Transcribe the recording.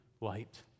light